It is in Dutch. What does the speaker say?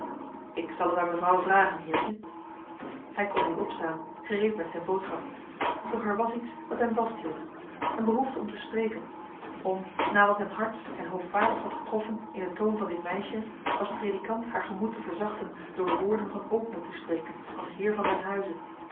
ik zal het aan mevrouw vragen neeltje hij kon nu opstaan gereed met zijn boodschap doch er was iets dat hem vasthield een behoefte om te spreken om na wat hem hards en hoovaardigs had getroffen in den toon van dit meisje als predikant haar gemoed te verzachten door woorden van ootmoed te spreken als heer van den huize